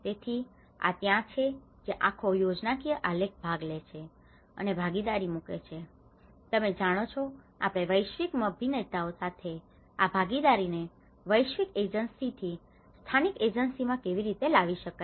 તેથી આ ત્યાં છે જ્યાં આખો યોજનાકીય આલેખ ભાગ લે છે અને ભાગીદારી મૂકે છે તમે જાણો છો આપણે વૈશ્વિક અભિનેતાઓ સાથે આ ભાગીદારીને વૈશ્વીક એજન્સી થી સ્થાનિક એજન્સી માં કેવી રીતે લાવી શકાય